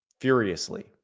furiously